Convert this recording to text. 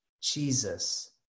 Jesus